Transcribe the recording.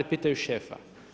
Pitaju šefa.